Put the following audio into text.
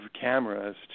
cameras